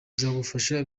bizagufasha